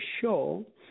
show